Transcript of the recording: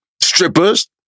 Strippers